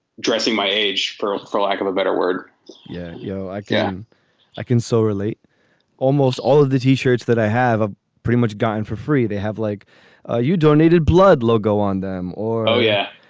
dressing my age for for lack of a better word you know, i can i can so relate almost all of the t shirts that i have ah pretty much gone for free. they have, like ah you donated blood logo on them or oh, yeah,